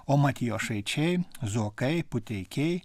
o matijošaičiai zuokai puteikiai